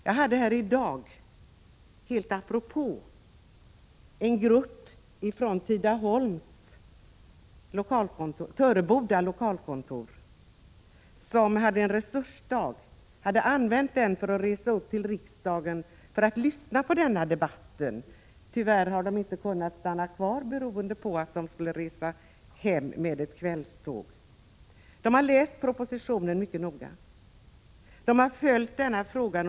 Jag hade här i dag helt apropå en grupp från Töreboda lokalkontor. Gruppen hade använt en resursdag för att resa upp till riksdagen och lyssna till denna debatt. Tyvärr har de inte kunnat stanna kvar, beroende på att de skulle resa hem med ett kvällståg. De har följt frågan under flera år och har läst propositionen mycket noga.